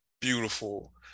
beautiful